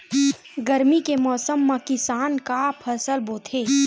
गरमी के मौसम मा किसान का फसल बोथे?